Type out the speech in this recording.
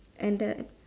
and the